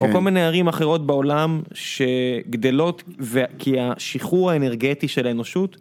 או כל מיני ערים אחרות בעולם שגדלות ו... כי השחרור האנרגטי של האנושות